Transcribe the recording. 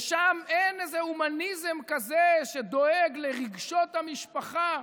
ושם אין איזה הומניזם כזה שדואג לרגשות המשפחה.